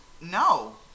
No